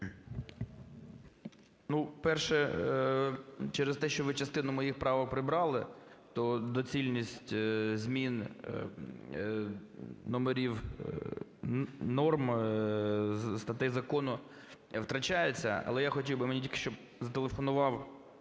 Ну, перше. Через те, що ви частину моїх правок прибрали, то доцільність змін номерів норм статей закону втрачається. Але я хотів би, мені тільки що зателефонував